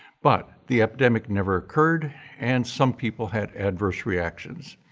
but the epidemic never occurred and some people had adverse reactions.